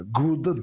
good